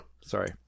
Sorry